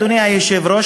אדוני היושב-ראש,